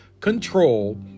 control